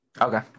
Okay